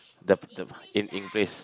the the in English